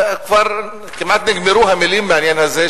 כבר כמעט נגמרו המלים בעניין הזה,